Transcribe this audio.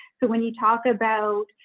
so when you talk about,